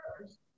first